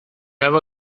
have